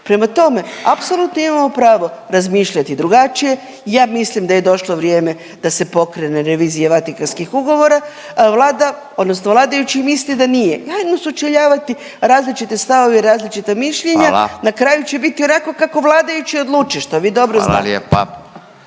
Prema tome, apsolutno imamo pravo razmišljati drugačije. Ja mislim da je došlo vrijeme da se pokrene revizija Vatikanskih ugovora, a Vlada odnosno vladajući misle da nije, pa ajmo sučeljavati različite stavove i različita mišljenja … …/Upadica Furio Radin: Hvala./… … na kraju će biti onako kako vladajući odluče što vi dobro znadete.